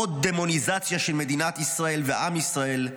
עוד דמוניזציה של מדינת ישראל ועם ישראל,